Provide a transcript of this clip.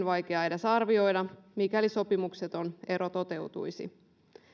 vaikeaa edes arvioida mikäli sopimukseton ero toteutuisi